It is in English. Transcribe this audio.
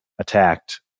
attacked